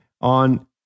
on